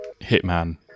Hitman